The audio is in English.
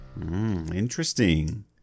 Interesting